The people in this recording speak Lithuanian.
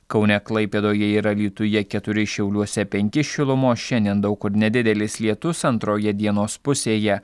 kaune klaipėdoje ir alytuje keturi šiauliuose penkis šilumos šiandien daug kur nedidelis lietus antroje dienos pusėje